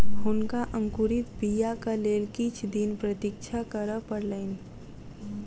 हुनका अंकुरित बीयाक लेल किछ दिन प्रतीक्षा करअ पड़लैन